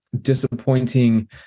disappointing